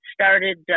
started